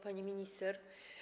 Pani Minister!